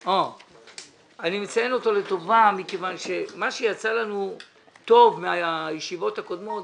אני מציין אותו לטובה כי מה שיצא לנו טוב מהישיבות הקודמות,